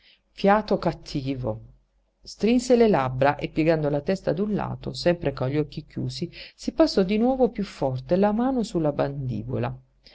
fiato cattivo strinse le labbra e piegando la testa da un lato sempre con gli occhi chiusi si passò di nuovo piú forte la mano su